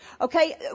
Okay